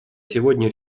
сегодня